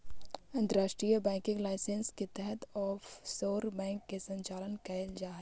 अंतर्राष्ट्रीय banking licence के तहत ऑफशोर बैंक के संचालन कैल जा हइ